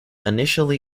initially